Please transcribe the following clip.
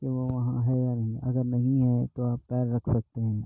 کہ وہ وہاں ہے یا نہیں اگر نہیں ہے تو آپ پیر رکھ سکتے ہیں